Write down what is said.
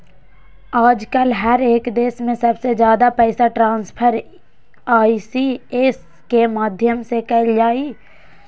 आजकल हर एक देश में सबसे ज्यादा पैसा ट्रान्स्फर ई.सी.एस के माध्यम से कइल जाहई